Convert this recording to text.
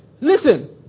Listen